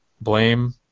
blame